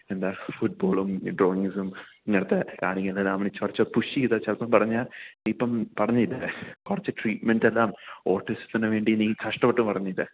എന്താ ഫുട്ബോളും ഡ്രോയിങ്സും ഇങ്ങനെത്തെ ആണെങ്കിൽ പുഷി ചെയ്താൽ ചിലപ്പം പറഞ്ഞാൽ ഇപ്പം പറഞ്ഞില്ലേ കുറച്ച് ട്രീറ്റ്മെൻറ്റ് എല്ലാം ഓട്ടിസത്തിന് വേണ്ടി നീ കഷ്ടപ്പെട്ട് പറഞ്ഞില്ലേ